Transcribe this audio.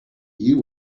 you